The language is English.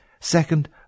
Second